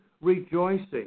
rejoicing